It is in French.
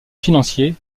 financier